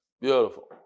Beautiful